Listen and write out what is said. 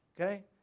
okay